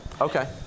Okay